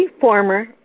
former